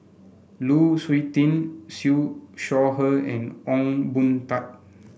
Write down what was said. Lu Suitin Siew Shaw Her and Ong Boon Tat